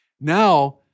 Now